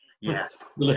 Yes